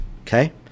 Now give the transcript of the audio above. Okay